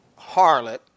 harlot